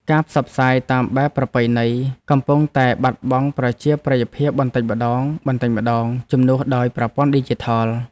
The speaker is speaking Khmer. ការផ្សព្វផ្សាយតាមបែបប្រពៃណីកំពុងតែបាត់បង់ប្រជាប្រិយភាពបន្តិចម្តងៗជំនួសដោយប្រព័ន្ធឌីជីថល។